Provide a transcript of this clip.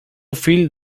fill